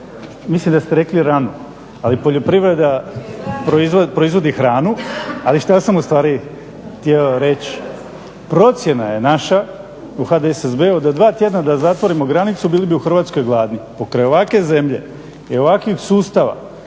mislim da ste rekli ranu, ali poljoprivreda proizvodi hranu. Ali što sam ustvari htio reći, procjena je naša u HDSSB-u da dva tjedna da zatvorimo granicu bili bi u Hrvatskoj gladni. Pokraj ovakve zemlje i ovakvih sustava